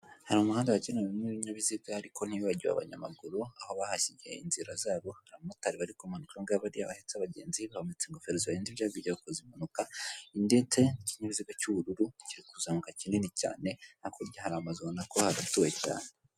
Hari umuhanda wagenewe n'ibinyabiziga ariko ntigiwe abanyamaguru aho bahasigiye inzira zabo abamotari bari arikomana bariya bahetse abagenzi bambutsa ingofero zirinda ibya bikozeza impanuka indete n'ikinyabiziga cy'ubururu kirikuzanwa kinini cyane nakurya hari amazubonanako hagatuwe cyane.